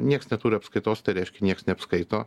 nieks neturi apskaitos tai reiškia niekas neapskaito